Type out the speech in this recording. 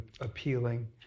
appealing